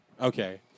Okay